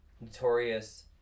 notorious